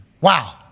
Wow